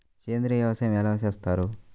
సేంద్రీయ వ్యవసాయం ఎలా చేస్తారు?